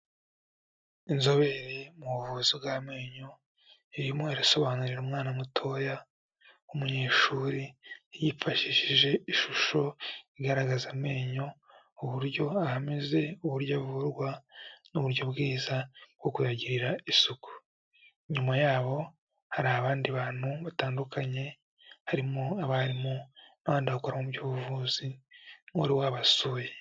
Inzobere mu buvuzi bw'amenyo, irimo irasobanurira umwana mutoya w'umunyeshuri, yifashishije ishusho igaragaza amenyo, uburyo ameze uburyo avurwa n'uburyo bwiza bwo kuyagirira isuku, inyuma yabo hari abandi bantu batandukanye harimo abarimu n'abandi bakora mu by'ubuvuzi wari wabasuye.